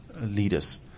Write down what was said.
leaders